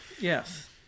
yes